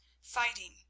fighting